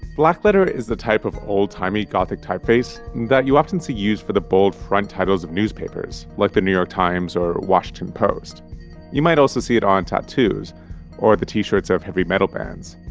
blackletter is the type of old-timey gothic typeface that you often see used for the bold front titles of newspapers like the new york times or washington post you might also see it on tattoos or the t-shirts of heavy metal bands.